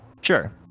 Sure